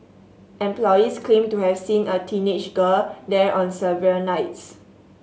employees claimed to have seen a teenage girl there on several nights